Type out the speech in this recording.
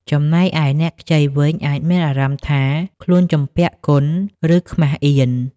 ចំណែកឯអ្នកខ្ចីវិញ អាចមានអារម្មណ៍ថាខ្លួនជំពាក់គុណ ឬខ្មាសអៀន។